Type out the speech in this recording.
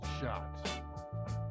shot